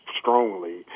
strongly